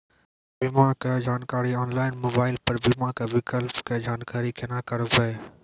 बीमा के जानकारी ऑनलाइन मोबाइल पर बीमा के विकल्प के जानकारी केना करभै?